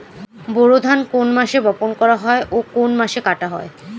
বোরো ধান কোন মাসে বপন করা হয় ও কোন মাসে কাটা হয়?